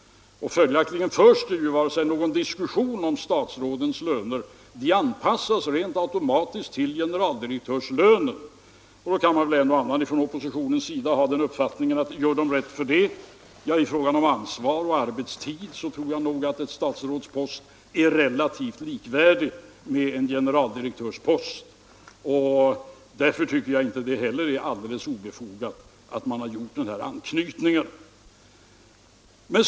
Följaktligen förs det inte någon diskussion om statsrådens löner. De anpassas automatiskt till generaldirektörslönen. En och annan inom oppositionen kan väl ha funderingar över om statsråden gör rätt för denna lön. Ja, i fråga om ansvar och arbetstid tror jag nog att en statsrådspost är relativt likvärdig med en generaldirektörspost. Därför tycker jag att det inte heller är alldeles obefogat att man har gjort denna anknytning.